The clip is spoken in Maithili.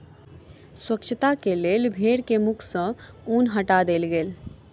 स्वच्छता के लेल भेड़ के मुख सॅ ऊन हटा देल गेल